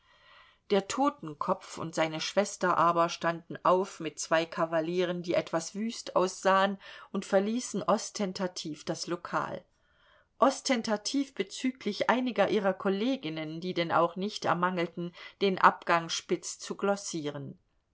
der totenkopf und seine schwester aber standen auf mit zwei kavalieren die etwas wüst aussahen und verließen ostentativ das lokal ostentativ bezüglich einiger ihrer kolleginnen die denn auch nicht ermangelten den abgang spitz zu glossieren